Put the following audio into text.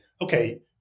okay